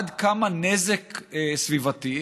עד כמה נזק סביבתי,